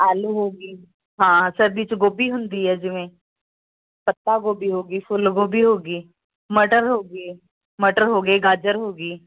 ਆਲੂ ਹੋਗੀ ਹਾਂ ਸਬਜ਼ੀ 'ਚ ਗੋਭੀ ਹੁੰਦੀ ਹੈ ਜਿਵੇਂ ਪੱਤਾ ਗੋਭੀ ਹੋ ਗਈ ਫੁੱਲ ਗੋਭੀ ਹੋ ਗਈ ਮਟਰ ਹੋ ਗਏ ਮਟਰ ਹੋ ਗਏ ਗਾਜਰ ਹੋ ਗਈ